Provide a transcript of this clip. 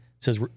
says